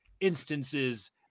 instances